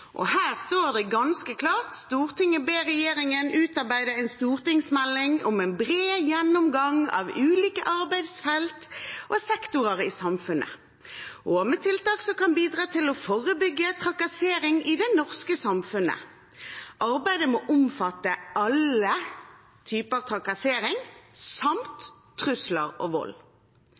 tilrådingen. Her står det ganske klart: «Stortinget ber regjeringen utarbeide en stortingsmelding med en bred gjennomgang av ulike arbeidsfelt og sektorer i samfunnet, der det foreslås tiltak som kan bidra til å forebygge trakassering i det norske samfunnet. Arbeidet må omfatte alle typer trakassering, samt trusler og vold.»